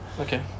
Okay